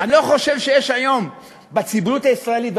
אני לא חושב שיש היום בציבוריות הישראלית,